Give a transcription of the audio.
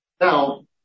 Now